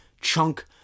chunk